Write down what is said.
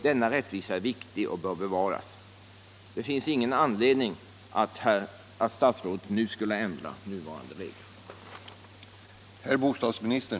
Denna rättvisa är viktig och bör bevaras. Det finns ingen anledning till att statsrådet nu skulle ändra gällande regler.